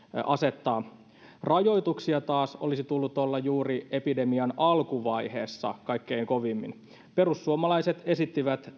asettaa rajoituksia taas olisi tullut olla juuri epidemian alkuvaiheessa kaikkein kovimmin perussuomalaiset esittivät